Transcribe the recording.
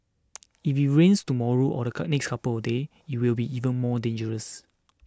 if it rains tomorrow or the cut next couple of days it will be even more dangerous